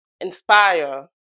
inspire